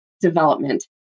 development